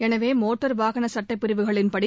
எனவே மோட்டார் வாகன சட்டப்பிரிவுகளின்படி